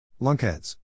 Lunkheads